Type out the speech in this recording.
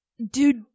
Dude